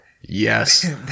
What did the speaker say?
Yes